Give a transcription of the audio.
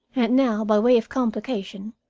and now, by way of complication,